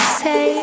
say